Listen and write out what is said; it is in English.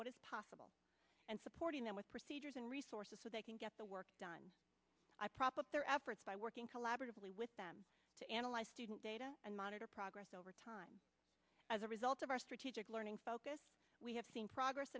what possible and supporting them with procedures and resources so they can get the work done i prop up their efforts by working collaboratively with them to analyze student data and monitor progress over time as a result of our strategic learning focus we have seen progress